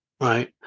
Right